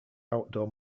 outdoor